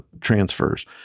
transfers